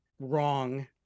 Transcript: wrong